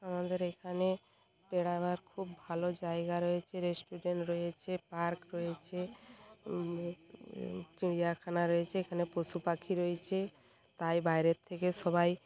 আমাদের এইখানে বেড়াবার খুব ভালো জায়গা রয়েছে রেস্টুরেন্ট রয়েছে পার্ক রয়েছে চিড়িয়াখানা রয়েছে এখানে পশু পাখি রয়েছে তাই বাইরের থেকে সবাই